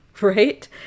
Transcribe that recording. right